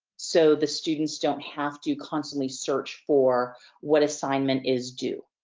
so, the students don't have to constantly search for what assignment is due.